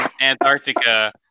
Antarctica